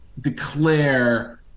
declare